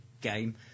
game